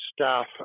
staff